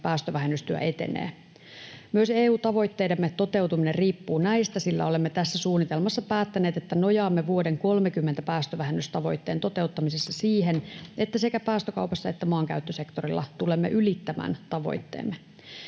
päästövähennystyö etenee. Myös EU-tavoitteidemme toteutuminen riippuu näistä, sillä olemme tässä suunnitelmassa päättäneet, että nojaamme vuoden 30 päästövähennystavoitteen toteuttamisessa siihen, että sekä päästökaupassa että maankäyttösektorilla tulemme ylittämään tavoitteemme.